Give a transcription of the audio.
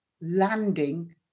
landing